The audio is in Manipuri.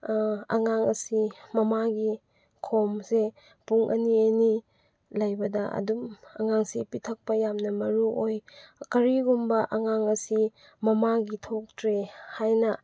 ꯑꯉꯥꯡ ꯑꯁꯤ ꯃꯃꯥꯒꯤ ꯈꯣꯝꯁꯦ ꯄꯨꯡ ꯑꯅꯤ ꯑꯅꯤ ꯂꯩꯕꯗ ꯑꯗꯨꯝ ꯑꯉꯥꯡꯁꯦ ꯄꯤꯊꯛꯄ ꯌꯥꯝꯅ ꯃꯔꯨꯑꯣꯏ ꯀꯔꯤꯒꯨꯝꯕ ꯑꯉꯥꯡ ꯑꯁꯤ ꯃꯃꯥꯒꯤ ꯊꯣꯛꯇ꯭ꯔꯦ ꯍꯥꯏꯅ